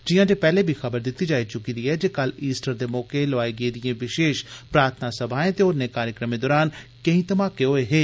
जियां जे पैहले बी खबर दिती जाई चुकी दी ऐ जे कल ईस्टर दे मौके लोआई गेदियें विशेष प्रार्थना सभाएं ते होरने कार्यक्रमें दौरान केंई धमाके होए हे